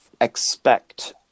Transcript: expect